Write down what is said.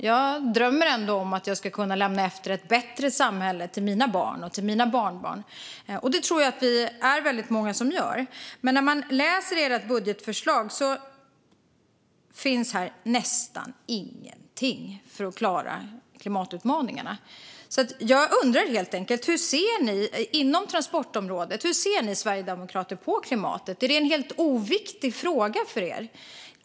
Jag drömmer ändå om att kunna lämna efter mig ett bättre samhälle till mina barn och barnbarn. Det tror jag att vi är många som gör. Men när man läser ert budgetförslag ser man att där finns nästan ingenting för att klara klimatutmaningarna. Så jag undrar helt enkelt: Hur ser ni sverigedemokrater på klimatet inom transportområdet? Är det en helt oviktig fråga för er?